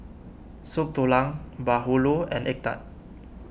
Soup Tulang Bahulu and Egg Tart